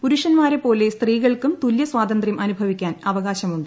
പുരുഷൻമാരെപോലെ സ്ത്രീകൾക്കും തുല്യസ്വാതന്ത്ര്യം അനുഭവിക്കാൻ അവകാശമുണ്ട്